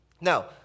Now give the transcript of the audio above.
Now